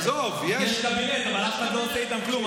יש קבינט, אבל אף אחד לא עושה איתם כלום.